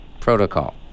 Protocol